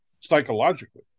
psychologically